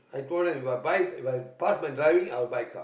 I told them If I buy If I pass my driving I will buy a car